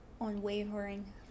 Unwavering